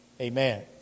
Amen